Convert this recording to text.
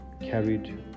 carried